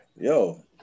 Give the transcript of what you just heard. Yo